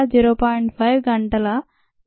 5 గంటల విలోమం ln 4 by 0